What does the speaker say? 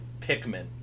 Pikmin